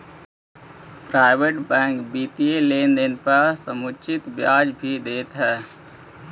private bank वित्तीय लेनदेन पर समुचित ब्याज भी दे हइ